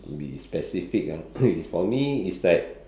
be specific ah if for me is like